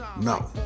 No